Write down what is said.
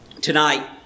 Tonight